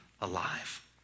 alive